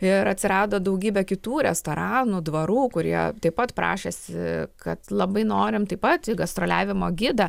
ir atsirado daugybė kitų restoranų dvarų kurie taip pat prašėsi kad labai norim taip pat į gastroliavimo gidą